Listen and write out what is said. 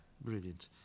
brilliant